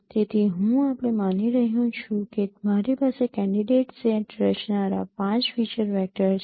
તેથી હું આપણે માની રહ્યો છું કે મારી પાસે કેન્ડિડેટ સેટ રચનારા પાંચ ફીચર વેક્ટર છે